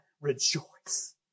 rejoice